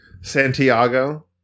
Santiago